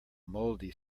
mouldy